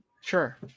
Sure